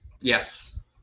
Yes